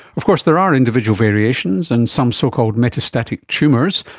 of course there are individual variations, and some so-called metastatic tumours,